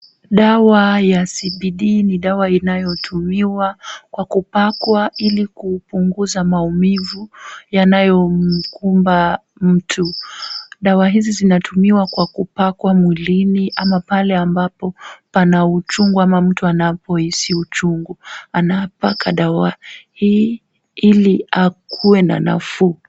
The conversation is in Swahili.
Dawa ya CBD ni dawa inayotumiwa kwa kupakwa, ili kupunguza maumivu yanayomkumba mtu. Dawa hizi zinatumiwa kwa kupakwa mwilini, ama pale ambapo pana uchungu, ama mtu anapohisi uchungu anapaka dawa hii ili akuwe na nafuu.